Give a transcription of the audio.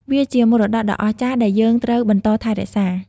វាជាមរតកដ៏អស្ចារ្យដែលយើងត្រូវបន្តថែរក្សា។